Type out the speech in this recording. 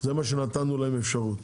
זה מה שנתנו להם אפשרות.